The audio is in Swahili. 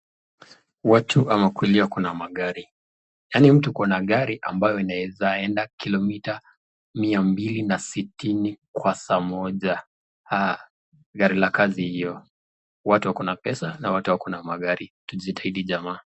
Watu wanakulia wana magari, yaani mtu uko na gari ambayo inaweza enda kilomita mia mbili na sitini kwa saa moja, haa! ,gari la kazi hiyo. Watu wako na pesa na watu wako na magari, tujitahidi jamaa.